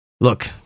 Look